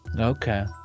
Okay